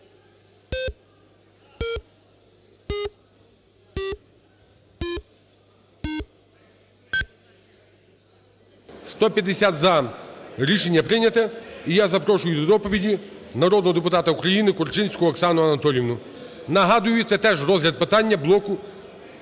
За-150 Рішення прийнято. І я запрошую до доповіді народного депутата України Корчинську Оксану Анатоліївну. Нагадую, це теж розгляд питання блоку